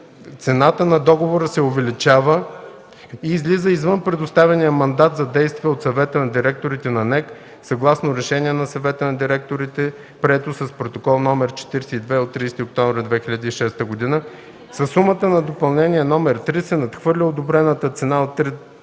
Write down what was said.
цената на договора се увеличава и излиза извън предоставения мандат за действия от Съвета на директорите на НЕК съгласно решение на съвета на директорите, прието с Протокол № 42 от 30 октомври 2006 г. Със сумата на Допълнение № 3 се надхвърля одобрената цена от 3